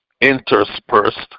interspersed